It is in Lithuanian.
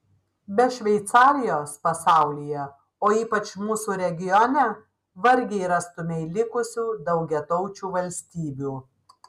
be šveicarijos pasaulyje o ypač mūsų regione vargiai rastumei likusių daugiataučių valstybių